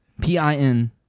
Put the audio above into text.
p-i-n